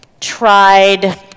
tried